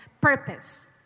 purpose